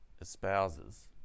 espouses